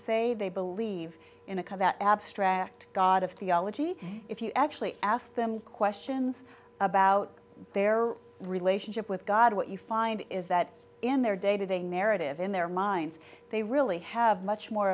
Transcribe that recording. say they believe in a kind abstract god of theology if you actually ask them questions about their relationship with god what you find is that in their day to day narrative in their minds they really have much more